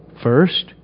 First